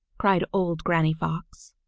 cried old granny fox.